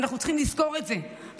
ואנחנו צריכים לזכור את זה.